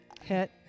hit